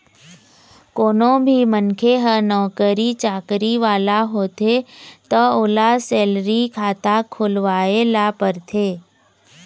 कोनो भी मनखे ह नउकरी चाकरी वाला होथे त ओला सेलरी खाता खोलवाए ल परथे